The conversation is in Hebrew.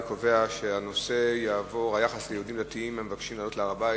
אני קובע שהנושא: היחס ליהודים דתיים המבקשים לעלות להר-הבית,